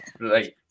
right